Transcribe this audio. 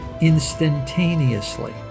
instantaneously